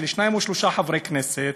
של שניים או שלושה חברי כנסת.